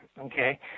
okay